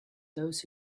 those